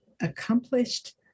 accomplished